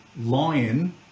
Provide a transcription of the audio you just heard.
lion